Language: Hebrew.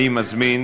אני מזמין